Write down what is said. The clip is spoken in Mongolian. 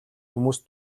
хүмүүс